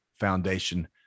Foundation